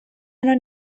non